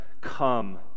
come